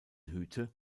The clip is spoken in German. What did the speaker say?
hüte